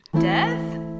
Death